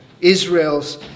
Israel's